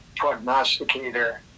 prognosticator